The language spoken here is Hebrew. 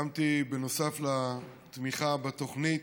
בנוסף לתמיכה בתוכנית